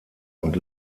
und